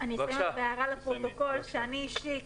אני אתן הבהרה לפרוטוקול שאני אישית,